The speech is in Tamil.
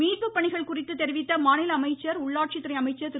மீட்பு பணிகள் குறித்து தெரிவித்த மாநில அமைச்சர் உள்ளாட்சித்துறை அமைச்சர் திரு